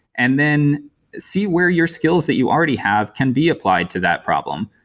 and then see where your skills that you already have can be applied to that problem.